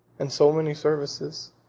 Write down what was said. and so many services,